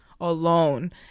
alone